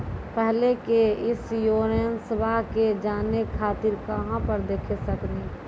पहले के इंश्योरेंसबा के जाने खातिर कहां पर देख सकनी?